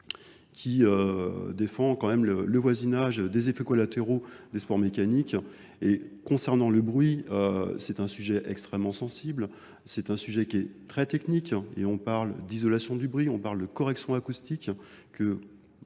qui défend quand même le voisinage des effets collatéraux des sports mécaniques et concernant le bruit c'est un sujet extrêmement sensible c'est un sujet qui est très technique et on parle d'isolation du bruit on parle de correction acoustique